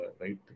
right